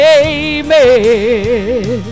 amen